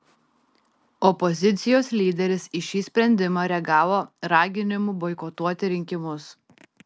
opozicijos lyderis į šį sprendimą reagavo raginimu boikotuoti rinkimus